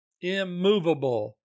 immovable